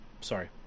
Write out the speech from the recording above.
Sorry